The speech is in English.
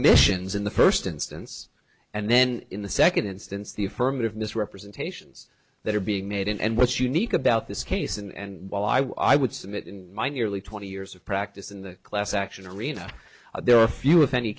omissions in the first instance and then in the second instance the affirmative misrepresentations that are being made and what's unique about this case and while i would submit in my nearly twenty years of practice in the class action arena there are few if any